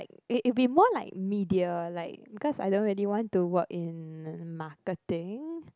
it it'll be more like media like because I don't really want to work in marketing